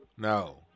No